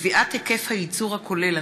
קביעת היקף הייצור הכולל),